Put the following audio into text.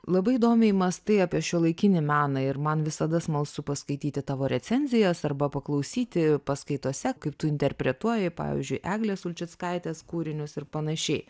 labai įdomiai mąstai apie šiuolaikinį meną ir man visada smalsu paskaityti tavo recenzijas arba paklausyti paskaitose kaip tu interpretuoji pavyzdžiui eglės ulčickaites kūrinius ir panašiai